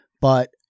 but-